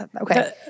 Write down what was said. Okay